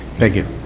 thank you.